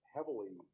heavily